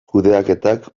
kudeaketak